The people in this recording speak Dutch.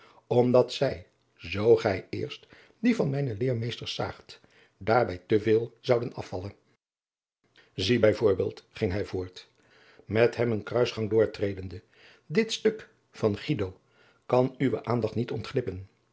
omdat zij zoo gij eerst die van mijne leermeesters zaagt daarbij te veel zouden afvallen adriaan loosjes pzn het leven van maurits lijnslager zie bij voorbeeld ging hij voort met hem een kruisgang doortredende dit stuk van guido kan uwe aandacht niet ontglippen